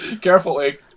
Carefully